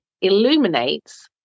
illuminates